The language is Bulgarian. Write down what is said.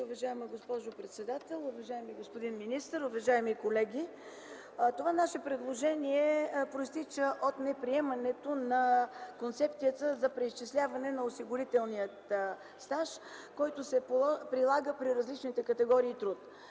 уважаема госпожо председател. Уважаеми господин министър, уважаеми колеги! Нашето предложение произтича от неприемането на концепцията за преизчисляване на осигурителния стаж, който се прилага при различните категории труд.